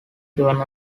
given